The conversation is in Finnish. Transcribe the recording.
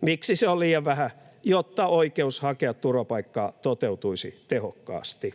Miksi se on liian vähän? — ”...jotta oikeus hakea turvapaikkaa toteutuisi tehokkaasti.”